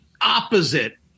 opposite